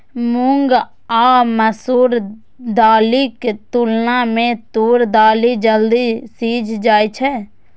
मूंग आ मसूर दालिक तुलना मे तूर दालि जल्दी सीझ जाइ छै